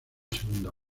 segunda